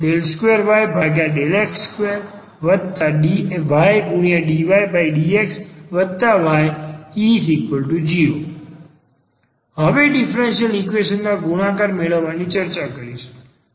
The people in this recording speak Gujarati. d2ydx2ydydxy0 હવે ડીફરન્સીયલ ઈક્વેશન ના ઉકેલ મેળવવાની ચર્ચા કરીશું